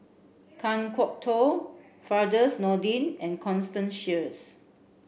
Kan Kwok Toh Firdaus Nordin and Constance Sheares